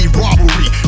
robbery